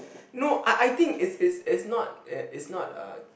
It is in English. no I I think it's it's it's not it's not a